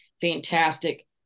fantastic